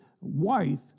wife